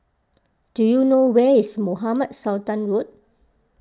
do you know where is Mohamed Sultan Road